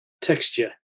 texture